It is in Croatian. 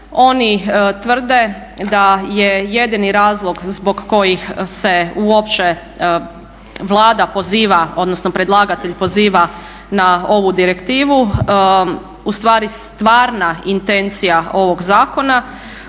oni tvrde da je jedini razlog zbog kojih se uopće Vlada poziva, odnosno predlagatelj poziva na ovu direktivu ustvari stvarni intencija ovog zakona,